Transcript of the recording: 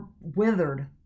withered